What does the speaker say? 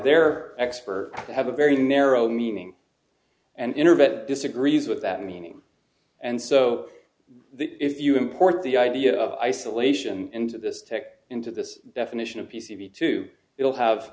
their expert to have a very narrow meaning and interval disagrees with that meaning and so if you import the idea of isolation into this tech into this definition of p c b to it will have